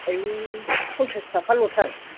आयु फनसास थाखाल' थार